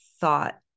thought